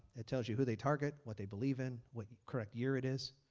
it tells you who they target, what they believe in, what correct here it is,